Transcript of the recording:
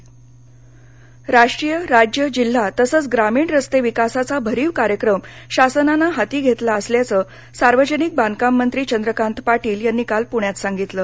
Ghorpadi railway उड्डाणपुल राष्ट्रीय राज्य जिल्हा तसंच ग्रामीण रस्ते विकासाचा भरीव कार्यक्रम शासनाने हाती घेतला असल्याचं सार्वजनिक बांधकाम मंत्री चंद्रकांत पाटील यांनी काल पूण्यात सांगितलं